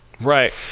right